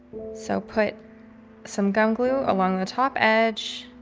so put some gum glue along the top edge,